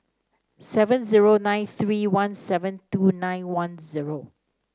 seven zero nine three one seven two nine one zero